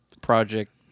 project